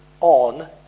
on